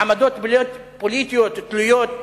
עמדות פוליטיות תלויות,